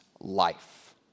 life